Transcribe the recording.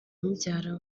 mubyara